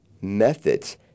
methods –